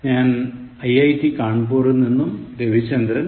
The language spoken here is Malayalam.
ഞാൻ ഐഐറ്റി കാൻപൂറിൽ നിന്നും രവിചന്ദ്രൻ